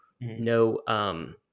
no